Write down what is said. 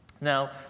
Now